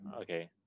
okay